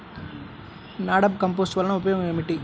NADEP compost వలన ఉపయోగం ఏమిటి?